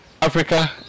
Africa